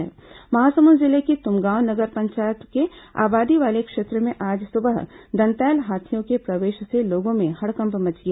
महासमुंद जिले की तुमगांव नगर पंचायत के आबादी वाले क्षेत्र में आज सुबह दंतैल हाथियों के प्रवेश से लोगों में हड़कंप मच गया